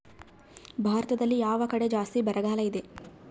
ಭಾರತದಲ್ಲಿ ಯಾವ ಕಡೆ ಜಾಸ್ತಿ ಬರಗಾಲ ಇದೆ?